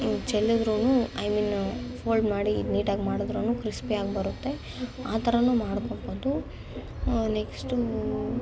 ಹಿಂಗೆ ಚೆಲ್ಲಿದ್ರೂ I mean fold ಮಾಡಿ ನೀಟಾಗಿ ಮಾಡಿದ್ದ್ರೂ ಕ್ರಿಸ್ಪಿಯಾಗಿ ಬರುತ್ತೆ ಆ ಥರವೂ ಮಾಡ್ಕೊಳ್ಬೋದು ನೆಕ್ಸ್ಟು